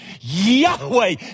Yahweh